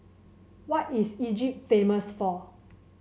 what is Egypt famous for